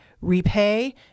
repay